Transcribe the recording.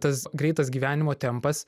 tas greitas gyvenimo tempas